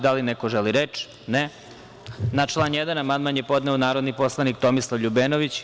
Da li neko želi reč? (Ne) Na član 1. amandman je podneo narodni poslanik Tomislav LJubenović.